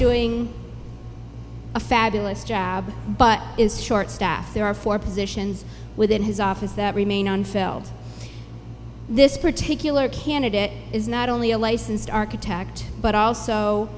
doing a fabulous job but is short staffed there are four positions within his office that remain unfilled this particular candidate is not only a licensed architect but also